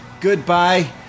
Goodbye